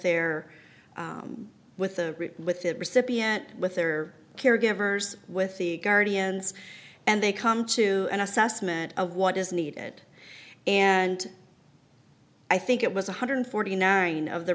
their with the with that recipient with their caregivers with the guardians and they come to an assessment of what is needed and i think it was one hundred forty nine of the